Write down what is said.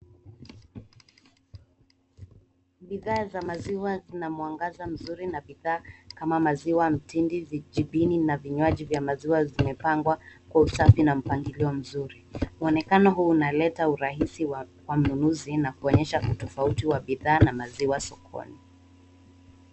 Bidhaa za maziwa zina mwangaza mzuri na bidhaa kama maziwa mtindi, vijibini na vinywaji vya maziwa vimepangwa kwa usafi na mpangilio mzuri. Mwonekano huu unaeta urahisi wa mnunuzi na kuonyesha utofauti wa bidhaa na maziwa sokoni.